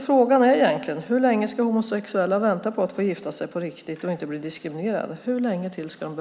Frågan är egentligen: Hur länge till ska homosexuella vänta på att få gifta sig på riktigt och inte bli diskriminerade?